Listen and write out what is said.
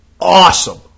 awesome